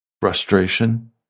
frustration